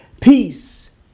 peace